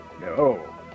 No